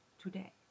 today